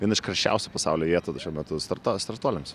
viena iš karščiausių pasaulio vietų šiuo metu startuo startuoliams